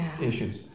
issues